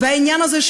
העניין הזה,